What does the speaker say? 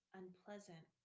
unpleasant